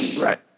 Right